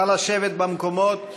נא לשבת במקומות.